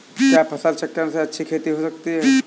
क्या फसल चक्रण से अच्छी खेती हो सकती है?